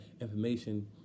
information